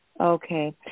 Okay